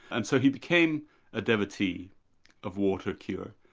and so he became a devotee of water cure,